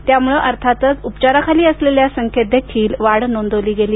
त्यामुळे अर्थातच उपचाराखाली असलेल्या संख्येत देखील वाढ नोंदवली गेली